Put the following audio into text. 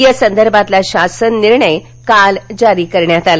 या संदर्भातला शासन निर्णय काल जारी करण्यात आला